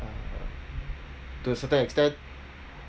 uh to a certain extent